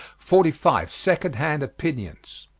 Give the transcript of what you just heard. forty five. second-hand opinions.